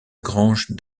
grange